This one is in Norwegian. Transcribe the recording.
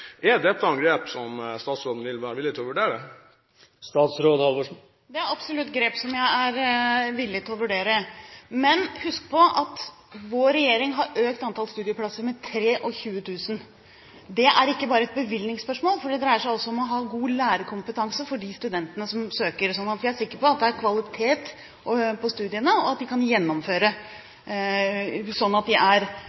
Er dette grep som statsråden vil være villig til å vurdere? Det er absolutt grep som jeg er villig til å vurdere. Men husk på at vår regjering har økt antall studieplasser med 23 000. Det er ikke bare et bevilgningsspørsmål, for det dreier seg også om å ha god lærerkompetanse for de studentene som søker, sånn at vi er sikre på at det er kvalitet på studiene, og at studentene kan gjennomføre,